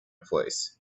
place